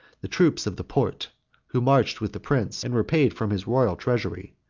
the troops of the porte who marched with the prince, and were paid from his royal treasury.